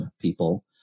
people